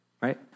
right